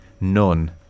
none